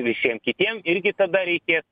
visiem kitiem irgi tada reikės